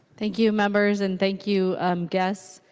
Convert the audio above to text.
thank you members and thank you guests.